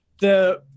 the-